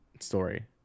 story